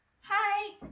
Hi